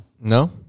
No